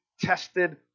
tested